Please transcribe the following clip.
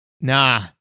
nah